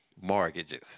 mortgages